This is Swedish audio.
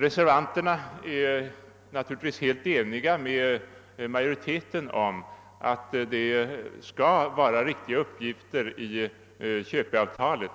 Reservanterna är naturligtvis helt eniga med utskottsmajoriteten om att uppgiften om köpeskillingen skall vara riktig i köpeavtalet,